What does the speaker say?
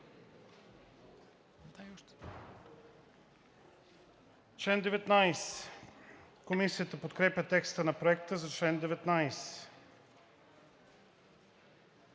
Комисията подкрепя текста на Проекта за чл.